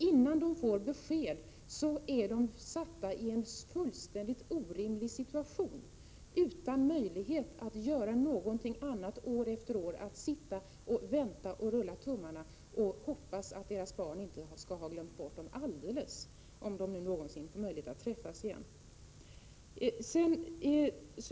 Innan de får besked har de försatts i en fullständigt orimlig situation, utan möjlighet att göra något annat än att år efter år sitta och vänta, rulla tummarna och hoppas att deras barn inte skall ha glömt dem helt, om de någonsin får möjlighet att träffas igen.